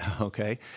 okay